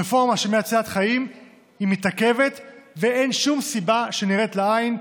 רפורמה שהיא מצילת חיים מתעכבת בלי שום סיבה נראית לעין.